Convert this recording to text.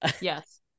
Yes